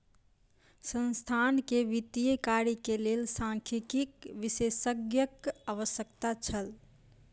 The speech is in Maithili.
संस्थान के वित्तीय कार्य के लेल सांख्यिकी विशेषज्ञक आवश्यकता छल